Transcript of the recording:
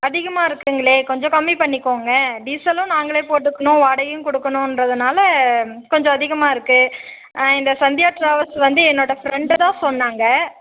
அதிகமாக இருக்குங்களே கொஞ்சம் கம்மி பண்ணிக்கோங்க டீசலும் நாங்களே போட்டுக்கணும் வாடகையும் கொடுக்கணுன்றதுனால கொஞ்சம் அதிகமாக இருக்கு இந்த சந்தியா ட்ராவல்ஸ் வந்து என்னோட ஃப்ரெண்டு தான் சொன்னாங்க